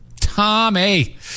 Tommy